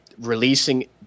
releasing